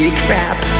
crap